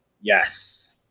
yes